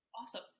Awesome